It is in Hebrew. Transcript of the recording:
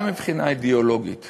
גם מבחינה אידיאולוגית